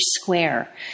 square